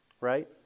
right